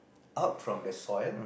out from the soil